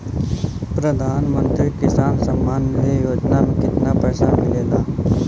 प्रधान मंत्री किसान सम्मान निधि योजना में कितना पैसा मिलेला?